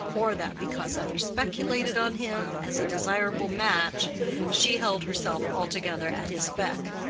or that because others speculated on him as a desirable match she held herself altogether at his beck.